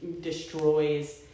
destroys